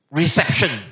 reception